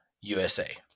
USA